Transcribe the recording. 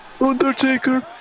Undertaker